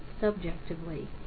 subjectively